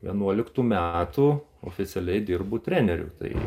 vienuoliktų metų oficialiai dirbu treneriu tai